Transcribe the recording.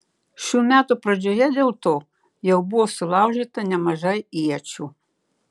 šių metų pradžioje dėl to jau buvo sulaužyta nemažai iečių